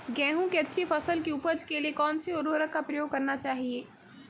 गेहूँ की अच्छी फसल की उपज के लिए कौनसी उर्वरक का प्रयोग करना चाहिए?